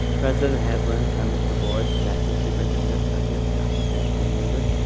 president haslund, members of the board, and acting superintendent president doctor jeff friedlander.